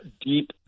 deep